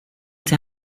till